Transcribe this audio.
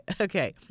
Okay